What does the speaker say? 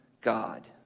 God